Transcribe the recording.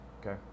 Okay